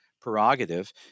prerogative